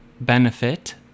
benefit